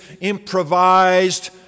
improvised